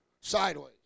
sideways